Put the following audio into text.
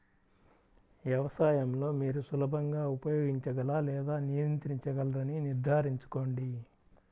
వ్యవసాయం లో మీరు సులభంగా ఉపయోగించగల లేదా నియంత్రించగలరని నిర్ధారించుకోండి